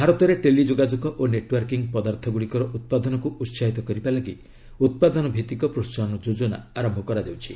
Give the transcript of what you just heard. ଭାରତରେ ଟେଲି ଯୋଗାଯୋଗ ଓ ନେଟ୍ୱାର୍କିଂ ପଦାର୍ଥଗୁଡ଼ିକର ଉତ୍ପାଦନକୁ ଉତ୍ସାହିତ କରିବା ପାଇଁ ଉତ୍ପାଦନ ଭିଭିକ ପ୍ରୋହାହନ ଯୋଜନା ଆରମ୍ଭ କରାଯାଉଛି